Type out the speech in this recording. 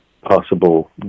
Possible